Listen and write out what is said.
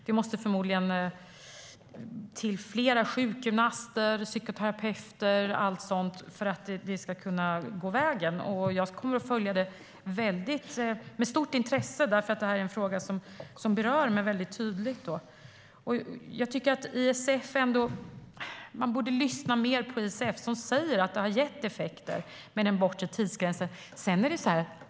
Det måste förmodligen till fler sjukgymnaster, psykoterapeuter och allt sådant för att det ska gå vägen. Jag kommer att följa det med stort intresse eftersom det här är en fråga som berör mig väldigt tydligt. Jag tycker att man borde lyssna mer på ISF, som säger att den bortre tidsgränsen har gett effekter.